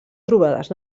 trobades